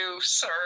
sir